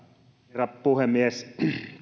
herra puhemies